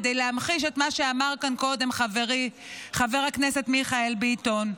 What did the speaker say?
כדי להמחיש את מה שאמר כאן קודם חברי חבר הכנסת מיכאל ביטון,